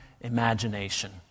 imagination